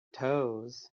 toes